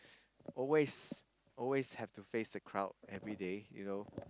always always have to face the crowd everyday you know